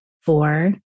four